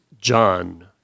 John